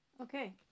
Okay